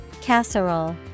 Casserole